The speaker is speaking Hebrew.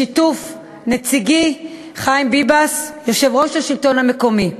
בשיתוף נציגִי חיים ביבס, יושב-ראש השלטון המקומי.